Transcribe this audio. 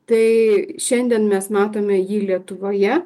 tai šiandien mes matome jį lietuvoje